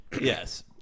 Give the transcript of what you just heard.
yes